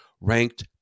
ranked